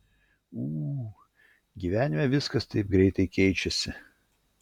ū gyvenime viskas taip greitai keičiasi